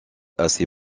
assez